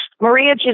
Maria